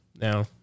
now